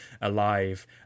alive